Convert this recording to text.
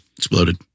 Exploded